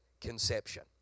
conception